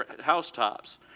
housetops